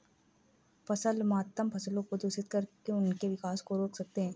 फसल मातम फसलों को दूषित कर उनके विकास को रोक सकते हैं